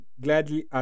gladly